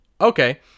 Okay